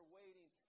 waiting